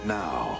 now